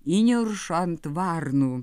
įniršo ant varnų